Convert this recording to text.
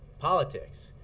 politics.